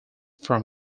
from